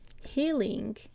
healing